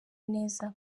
neza